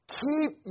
keep